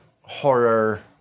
horror